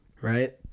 Right